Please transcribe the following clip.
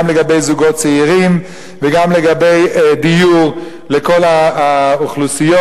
גם לגבי זוגות צעירים וגם לגבי דיור לכל האוכלוסיות,